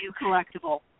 collectible